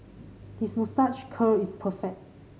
his moustache curl is perfect